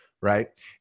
Right